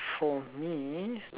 for me